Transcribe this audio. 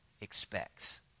expects